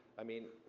i mean,